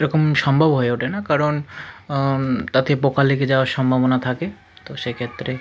এরকম সম্ভব হয়ে ওঠে না কারণ তাতে পোকা লেগে যাওয়ার সম্ভবনা থাকে তো সেক্ষেত্রে